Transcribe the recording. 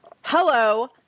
hello